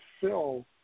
fill